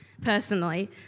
personally